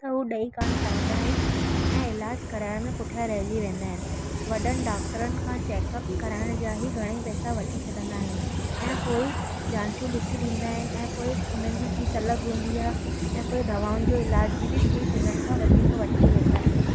त हू ॾेई कान पाईंदा आहिनि ऐं इलाजु कराइण में पुठिया रहजी वेंदा आहिनि वॾनि डॉक्टरनि खां चैकअप कराइण जा ई घणे ई पैसा वठी छॾींदा आहिनि ऐं पोएं जांचू लिखी ॾींदा आहिनि ऐं पोएं उन्हनि जी फिस अलॻि हूंदी आहे ऐं पोइ दवाउनि जो इलाज जी बि फिस हुननि खां वधीक वठी वेंदा आहिनि